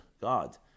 God